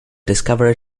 discovery